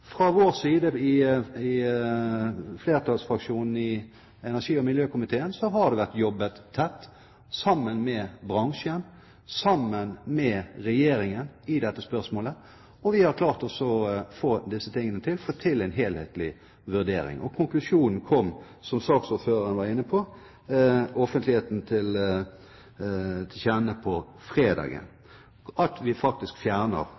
Flertallsfraksjonen i energi- og miljøkomiteen har jobbet tett sammen med bransjen og regjeringen i dette spørsmålet, og vi har klart å få til en helhetlig vurdering. Som saksordføreren var inne på, kom konklusjonen om at vi faktisk fjerner avgiften offentligheten til kjenne på